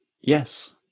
Yes